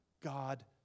God